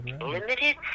limited